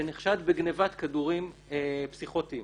בגניבת כדורים פסיכוטיים